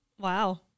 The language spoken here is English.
Wow